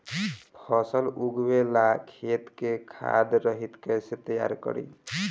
फसल उगवे ला खेत के खाद रहित कैसे तैयार करी?